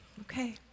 Okay